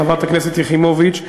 חברת כנסת יחימוביץ,